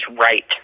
right